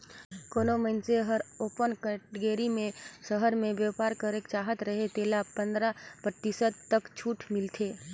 कोनो मइनसे हर ओपन कटेगरी में सहर में बयपार करेक चाहत अहे तेला पंदरा परतिसत तक छूट मिलथे